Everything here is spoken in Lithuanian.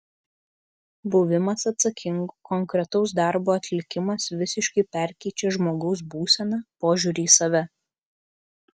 buvimas atsakingu konkretaus darbo atlikimas visiškai perkeičią žmogaus būseną požiūrį į save